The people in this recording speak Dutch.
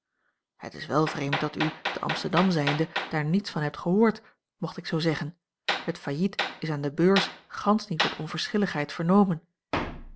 het is wel vreemd dat u te amsterdam zijnde daar niets van hebt gehoord mocht ik zoo zeggen het failliet is aan de beurs gansch niet met onverschilligheid vernomen